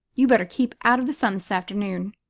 you'd better keep out of the sun this afternoon,